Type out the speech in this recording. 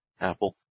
Apple